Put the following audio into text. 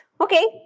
Okay